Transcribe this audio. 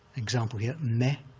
example here, me,